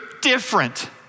different